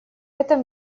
этом